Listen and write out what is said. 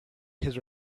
his